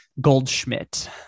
Goldschmidt